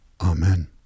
Amen